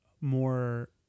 more